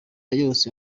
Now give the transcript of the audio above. yose